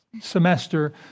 semester